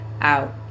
out